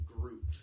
group